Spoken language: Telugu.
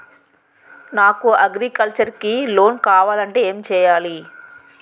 నాకు అగ్రికల్చర్ కి లోన్ కావాలంటే ఏం చేయాలి?